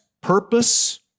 purpose